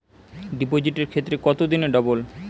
ডিপোজিটের ক্ষেত্রে কত দিনে ডবল?